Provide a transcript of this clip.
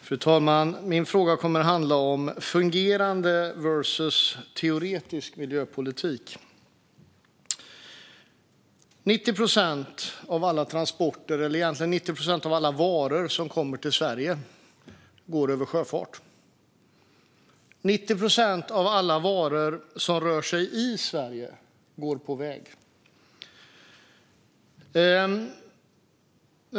Fru talman! Min fråga kommer att handla om fungerande versus teoretisk miljöpolitik. 90 procent av alla transporter, eller rättare sagt 90 procent av alla varor, som kommer till Sverige går med sjöfart. 90 procent av alla varor som transporteras i Sverige går på väg.